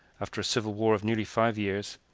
after a civil war of nearly five years,